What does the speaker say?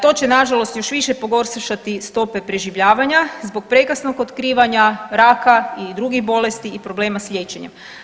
To će nažalost još više pogoršati stope preživljavanja zbog prekasnog otkrivanja raka i drugih bolesti i problema s liječenjem.